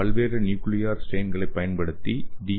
பல்வேறு நியூக்லியார் ஸ்டெயின்களைப் பயன்படுத்தி டி